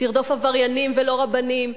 תרדוף עבריינים ולא רבנים,